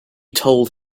told